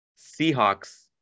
Seahawks